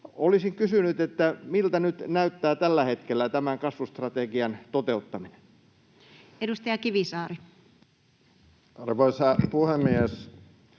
Olisin kysynyt: miltä nyt tällä hetkellä näyttää tämän kasvustrategian toteuttaminen? Edustaja Kivisaari. Arvoisa puhemies!